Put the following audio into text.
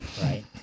right